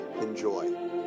Enjoy